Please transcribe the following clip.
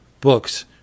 books